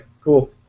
cool